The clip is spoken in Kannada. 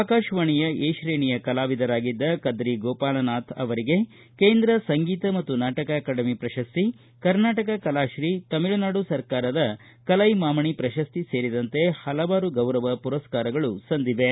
ಆಕಾಶವಾಣಿ ಯ ಎ ಶ್ರೇಣಿಯ ಕಲಾವಿದರಾಗಿದ್ದ ಕದ್ರಿ ಗೋಪಾಲನಾಥ್ ಅವರಿಗೆ ಕೇಂದ್ರ ಸಂಗೀತ ಮತ್ತು ನಾಟಕ ಅಕಾಡಮಿ ಪ್ರಶಸ್ತಿ ಕರ್ನಾಟಕ ಕಲಾತ್ರೀ ತಮಿಳುನಾಡು ಸರಕಾರದ ಕಲ್ಯೆಮಾಮಣಿ ಪ್ರಶಸ್ತಿ ಸೇರಿದಂತೆ ಪಲವಾರು ಗೌರವ ಪುರಸ್ಕಾರಗಳು ಸಂದಿವೆ